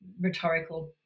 rhetorical